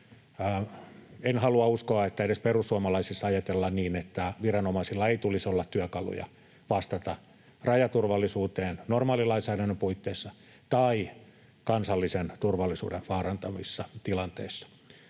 En halua uskoa, että edes perussuomalaisissa ajatellaan niin, että viranomaisilla ei tulisi olla työkaluja vastata rajaturvallisuuteen normaalilainsäädännön puitteissa tai kansallisen turvallisuuden vaarantavissa tilanteissa.